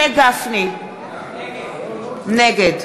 נגד